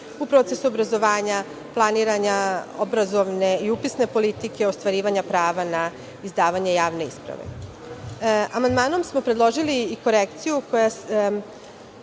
u procesu obrazovanja, planiranja obrazovne i upisne politike, ostvarivanja prava na izdavanje javne isprave. Amandmanom smo predložili i korekciju koja